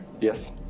Yes